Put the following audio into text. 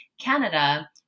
Canada